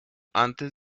antes